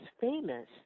famous